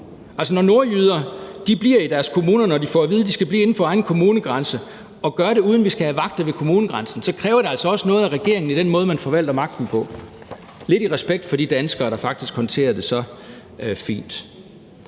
når nordjyder bliver i deres kommuner, når de får at vide, at de skal blive inden for egen kommunegrænse, og de gør det, uden at der skal være vagter ved kommunegrænsen, så kræver det altså også noget af regeringen i forhold til den måde, den forvalter magten på – lidt i respekt for de danskere, der faktisk håndterer det så fint.